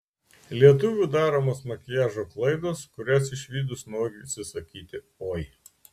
lietuvių daromos makiažo klaidos kurias išvydus norisi sakyti oi